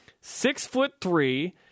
Six-foot-three